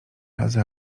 razy